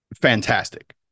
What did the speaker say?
fantastic